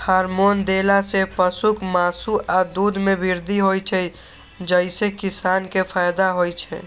hormone देला सं पशुक मासु आ दूध मे वृद्धि होइ छै, जइसे किसान कें फायदा होइ छै